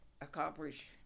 accomplish